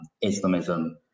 Islamism